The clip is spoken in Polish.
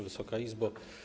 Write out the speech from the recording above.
Wysoka Izbo!